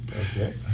Okay